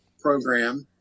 program